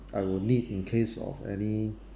I will need in case of any